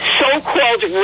so-called